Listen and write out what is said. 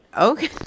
Okay